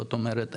זאת אומרת,